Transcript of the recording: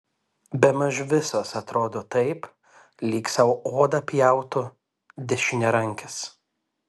bemaž visos atrodo taip lyg sau odą pjautų dešiniarankis